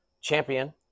champion